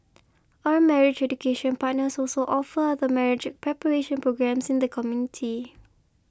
our marriage education partners also offer other marriage preparation programmes in the community